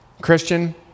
Christian